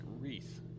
wreath